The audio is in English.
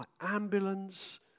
ambulance